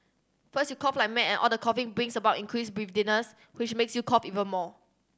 first you cough like mad and all the coughing brings about increased breathlessness which makes you cough even more